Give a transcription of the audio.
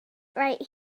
right